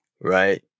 Right